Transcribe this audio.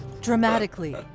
Dramatically